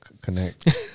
connect